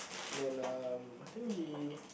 then um I think he